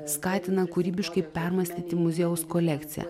skatina kūrybiškai permąstyti muziejaus kolekciją